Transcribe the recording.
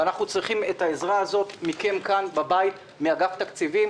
אנחנו צריכים את העזרה הזאת מכם כאן בכנסת ומאגף התקציבים